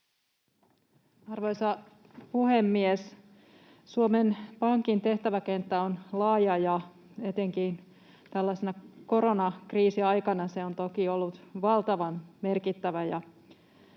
Arvoisa puhemies! Suomen Pankin tehtäväkenttä on laaja, ja etenkin tällaisena koronakriisiaikana se on toki ollut valtavan merkittävä